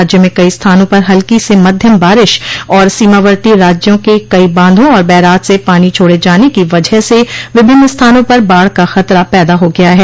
राज्य में कई स्थानों पर हल्की स मध्यम बारिश और सीमावर्ती राज्यों के कई बांधों और बैराज से पानी छोड़े जाने की वजह से विभिन्न स्थानों पर बाढ़ का खतरा पैदा हो गया है